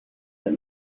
but